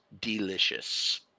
delicious